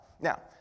now